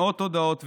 מאות הודעות,